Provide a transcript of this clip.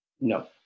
No